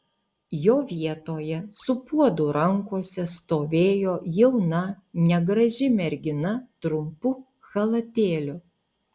jo vietoje su puodu rankose stovėjo jauna negraži mergina trumpu chalatėliu